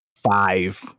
five